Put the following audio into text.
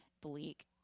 bleak